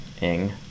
ing